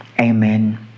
amen